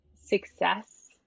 success